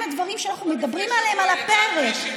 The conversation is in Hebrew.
הדברים שאנחנו מדברים עליהם על הפרק,